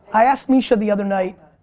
i asked misha the other night,